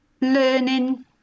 learning